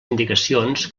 indicacions